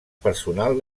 personal